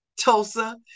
Tulsa